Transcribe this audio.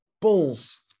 bulls